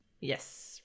Yes